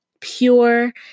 pure